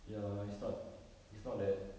ya it's not it's not that